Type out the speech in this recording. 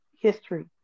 history